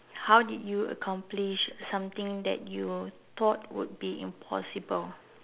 how did you accomplish something that you thought would be impossible